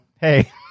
hey